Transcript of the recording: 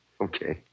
Okay